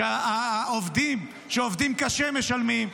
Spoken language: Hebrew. שהעובדים שעובדים קשה משלמים,